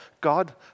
God